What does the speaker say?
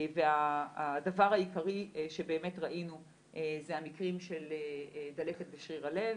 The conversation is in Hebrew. הדבר העיקרי שבאמת ראינו זה המקרים של דלקת בשריר הלב,